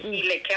mm